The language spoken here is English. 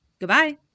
Goodbye